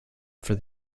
for